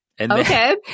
Okay